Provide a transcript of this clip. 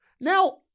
now